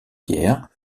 pierre